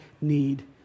need